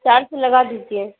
چار سو لگا دیجیے